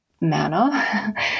manner